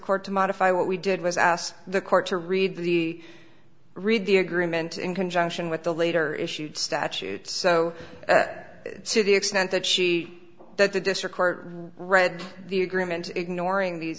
court to modify what we did was ask the court to read the read the agreement in conjunction with the later issued statute so to the extent that she that the district court read the agreement ignoring the